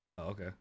Okay